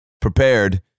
prepared